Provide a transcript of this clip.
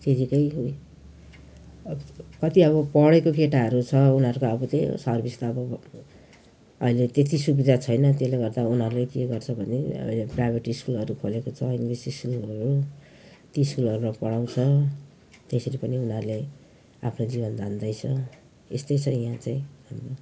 उही कति अब पढेको केटाहरू छ उनीहरूको त्यही हो अब सर्भिस त अब अहिले त्यति सुविधा छैन त्यसले गर्दा उनीहरूले के गर्छ भने यो प्राइभेट स्कुलहरू खोलेको छ इङ्ग्लिस स्कुलहरू ती स्कुलहरूमा पढाउँछ त्यसरी पनि उनीहरूले आफ्नो जीवन धान्दै छ यस्तै छ यहाँ चाहिँ हाम्रो